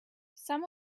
some